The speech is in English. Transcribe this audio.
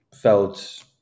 felt